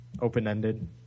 open-ended